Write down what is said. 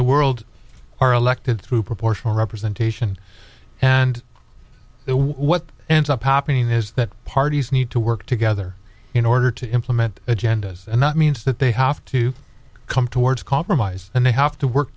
the world are elected through proportional representation and what ends up happening is that parties need to work together in order to implement agendas and that means that they have to come towards compromise and they have to work